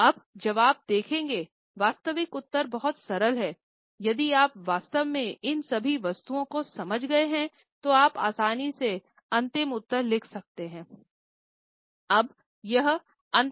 तो अब जवाब देखें वास्तविक उत्तर बहुत सरल है यदि आप वास्तव में इन सभी वस्तुओं को समझ गए हैं तो आप आसानी से अंतिम उत्तर लिख सकते हैं